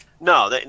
No